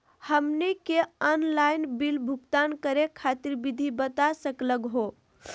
हमनी के online bill भुगतान करे खातीर विधि बता सकलघ हो?